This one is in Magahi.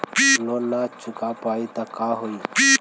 लोन न चुका पाई तब का होई?